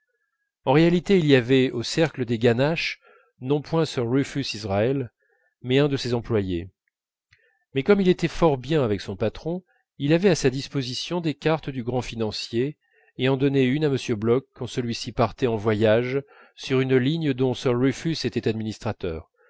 en réalité il y avait au cercle des ganaches non point sir rufus israël mais un de ses employés mais comme il était fort bien avec le patron il avait à sa disposition des cartes du grand financier et en donnait une à m bloch quand celui-ci partait en voyage sur une ligne dont sir rufus était administrateur